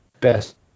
best